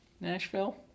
Nashville